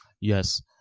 Yes